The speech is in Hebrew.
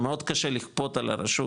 מאוד קשה לכפות על הרשות,